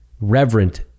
reverent